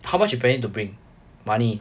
how much you planning to bring money